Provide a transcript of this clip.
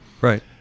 Right